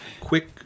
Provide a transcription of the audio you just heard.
quick